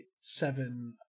seven